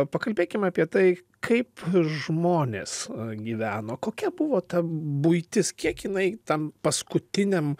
pakalbėkim apie tai kaip žmonės gyveno kokia buvo ta buitis kiek jinai tam paskutiniam